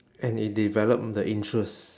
and it develop the interest